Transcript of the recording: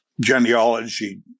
genealogy